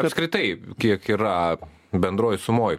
apskritai kiek yra bendroj sumoj